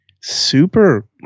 super